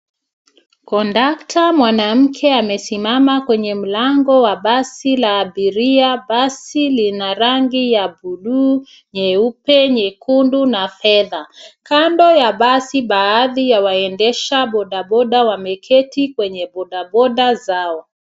Kondakta mwanamume amesimama kwenye mango wa basi la abiria. basi lina rangi ya buluu, nyeupe, nyekundu na fedha. Kando ya basi baadhi ya waendeshabodaboda wameketi kwenye bodaboda zao.